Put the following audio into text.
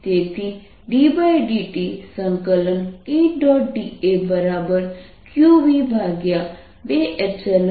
તેથી ddtE